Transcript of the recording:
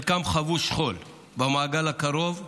חלקם חוו שכול במעגל הקרוב ובסובב,